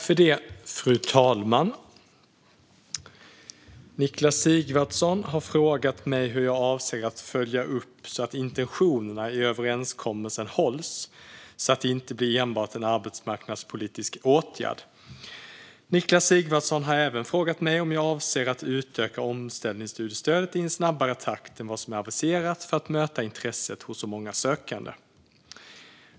Fru talman! Niklas Sigvardsson har frågat mig hur jag avser att följa upp att intentionerna i överenskommelsen hålls, så att omställningsstudiestödet inte blir enbart en arbetsmarknadspolitisk åtgärd. Niklas Sigvardsson har även frågat mig om jag avser att utöka omställningsstudiestödet i en snabbare takt än vad som är aviserat för att möta intresset hos de många sökande.